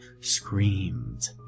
screamed